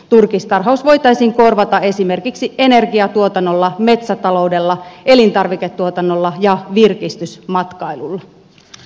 turkistarhaus voitaisiin korvata esimerkiksi energiantuotannolla metsätaloudella elintarviketuotannolla ja virkistysmatkailulla